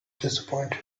disappointed